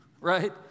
right